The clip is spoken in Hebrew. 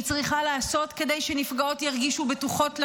שהיא צריכה לעשות כדי שנפגעות ירגישו בטוחות לבוא,